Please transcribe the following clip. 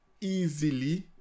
easily